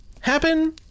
happen